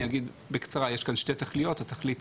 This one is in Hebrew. אני אגיד בקצרה, יש כאן שתי תכליות, התכלית